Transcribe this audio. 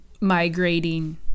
migrating